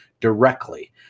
directly